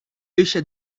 lucia